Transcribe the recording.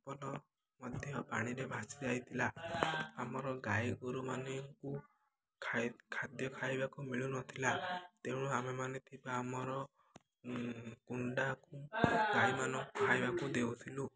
ମଧ୍ୟ ପାଣିରେ ଭାସି ଯାଇଥିଲା ଆମର ଗାଈ ଗୋରୁମାନଙ୍କୁ ଖାଦ୍ୟ ଖାଇବାକୁ ମିଳୁନଥିଲା ତେଣୁ ଆମେମାନେ ଥିବା ଆମର କୁଣ୍ଡାକୁ ଗାଈମାନଙ୍କୁ ଖାଇବାକୁ ଦେଉଥିଲୁ